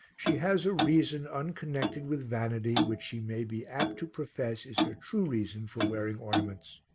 she has a reason, unconnected with vanity, which she may be apt to profess is her true reason for wearing ornaments.